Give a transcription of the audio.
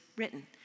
written